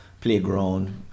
playground